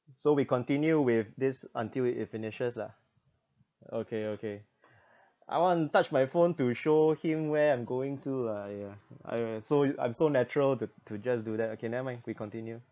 so we continue with this until it finishes lah okay okay I want to touch my phone to show him where I'm going to ah !aiya! I'm so I'm so natural to to just do that okay never mind we continue